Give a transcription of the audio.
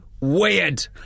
Weird